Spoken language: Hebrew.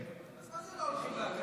אז מה זה שלא הולכים לאקדמיה?